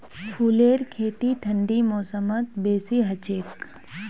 फूलेर खेती ठंडी मौसमत बेसी हछेक